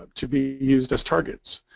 to be used as targets.